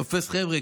תופס חבר'ה.